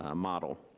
ah model.